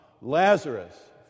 Lazarus